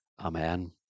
Amen